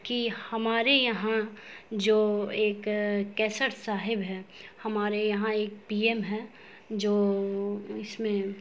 کہ ہمارے یہاں جو ایک قیصر صاحب ہیں ہمارے یہاں ایک پی ایم ہیں جو اس میں